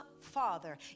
Father